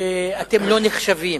אתם לא נחשבים.